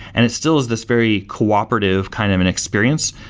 and it still is this very cooperative kind of and experience,